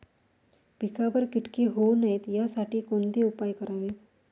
पिकावर किटके होऊ नयेत यासाठी कोणते उपाय करावेत?